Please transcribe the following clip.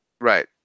Right